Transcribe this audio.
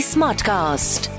Smartcast